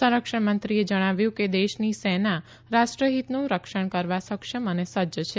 સંરક્ષણમંત્રીએ જણાવ્યું કે દેશની સેના રાષ્ટ્રહિતનું રક્ષણ કરવા સક્ષમ અને સજ્જ છે